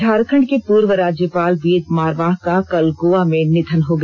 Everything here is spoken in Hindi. झारखंड के पूर्व राज्यपाल वेद मारवाह का कल गोवा में निधन हो गया